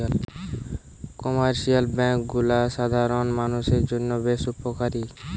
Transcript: commercial bank গুলা সাধারণ মানুষের জন্য বেশ উপকারী